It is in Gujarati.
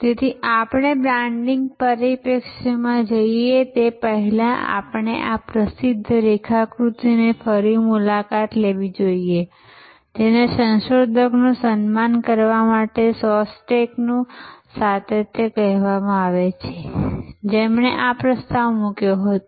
તેથી આપણે બ્રાન્ડિંગ પરિપ્રેક્ષ્યમાં જઈએ તે પહેલાં આપણે આ પ્રસિદ્ધ રેખાકૃતિની ફરી મુલાકાત લેવી જોઈએ જેને સંશોધકનું સન્માન કરવા માટે શોસ્ટેકનું સાતત્ય કહેવામાં આવે છે જેમણે આ પ્રસ્તાવ મૂક્યો હતો